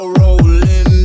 rolling